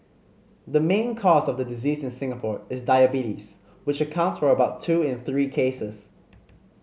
the main cause of the disease in Singapore is diabetes which accounts for about two in three cases